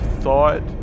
thought